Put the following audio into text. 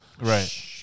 Right